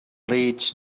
leads